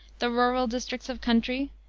the rural districts of country,